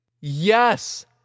Yes